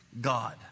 God